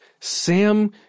Sam